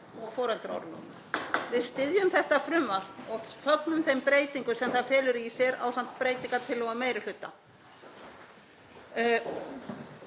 og foreldraorlofi. Við styðjum þetta frumvarp og fögnum þeim breytingum sem það felur í sér, ásamt breytingartillögu meiri hluta.